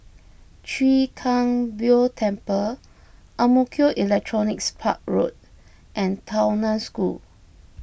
Chwee Kang Beo Temple Ang Mo Kio Electronics Park Road and Tao Nan School